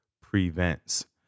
PREVENTS